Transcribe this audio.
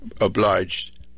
obliged